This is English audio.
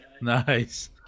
nice